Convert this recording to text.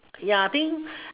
ya think